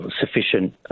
sufficient